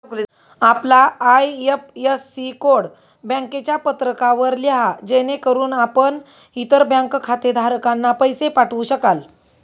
आपला IFSC code बँकेच्या पत्रकावर लिहा जेणेकरून आपण इतर बँक खातेधारकांना पैसे पाठवू शकाल